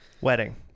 wedding